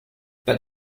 but